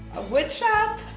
a wood shop?